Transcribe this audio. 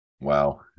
Wow